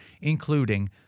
including